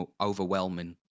overwhelming